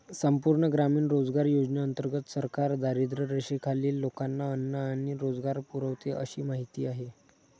संपूर्ण ग्रामीण रोजगार योजनेंतर्गत सरकार दारिद्र्यरेषेखालील लोकांना अन्न आणि रोजगार पुरवते अशी माहिती आहे